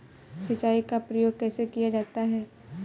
सिंचाई का प्रयोग कैसे किया जाता है?